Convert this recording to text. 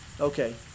okay